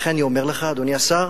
לכן, אדוני השר,